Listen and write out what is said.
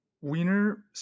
Wiener